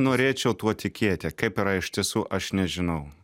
norėčiau tuo tikėti kaip yra iš tiesų aš nežinau